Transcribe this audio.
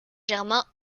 germain